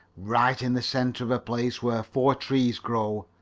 right in the center of a place where four trees grow.